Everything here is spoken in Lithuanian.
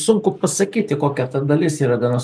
sunku pasakyti kokia ta dalis yra gana